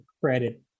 credit